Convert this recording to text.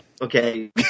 okay